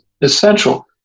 essential